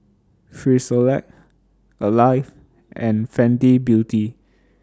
Frisolac Alive and Fenty Beauty